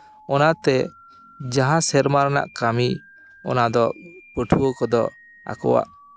ᱚᱱᱟᱛᱮ ᱡᱟᱦᱟᱸ ᱥᱮᱨᱢᱟ ᱨᱮᱱᱟᱜ ᱠᱟᱹᱢᱤ ᱚᱱᱟ ᱫᱚ ᱯᱟᱹᱴᱷᱩᱣᱟᱹ ᱠᱚᱫᱚ ᱟᱠᱚᱣᱟᱜ